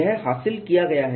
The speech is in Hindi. यह हासिल किया गया है